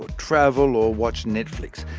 travel or watch netflix.